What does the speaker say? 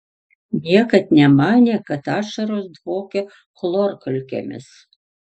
niekad nemanė kad ašaros dvokia chlorkalkėmis